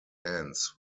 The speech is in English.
ends